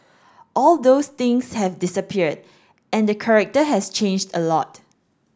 all those things have disappeared and the character has changed a lot